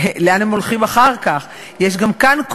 לאן הם הולכים אחר כך?